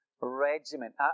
Regiment